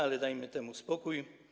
Ale dajmy temu spokój.